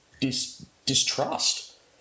distrust